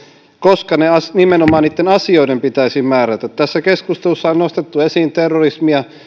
koska nimenomaan niiden asioiden pitäisi määrätä tässä keskustelussa on nostettu esiin terrorismia